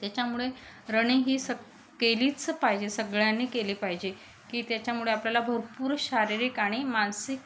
त्याच्यामुळे रनिंग ही स केलीच पाहिजे सगळ्यांनी केली पाहिजे की त्याच्यामुळे आपल्याला भरपूर शारीरिक आणि मानसिक